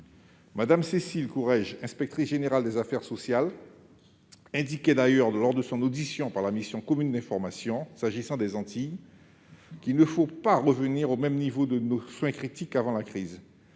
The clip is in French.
Mme Cécile Courrèges, inspectrice générale des affaires sociales, indiquait d'ailleurs, lors de son audition par la mission commune d'information : s'agissant des Antilles :« Il ne faut pas revenir au même niveau de soins critiques qu'avant la crise,